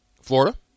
Florida